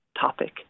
topic